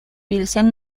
pilsen